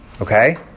Okay